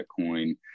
bitcoin